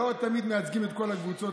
לא תמיד מייצגים את כל הקבוצות,